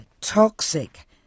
toxic